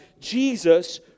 Jesus